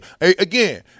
Again